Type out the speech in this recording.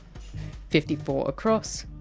fifty four across.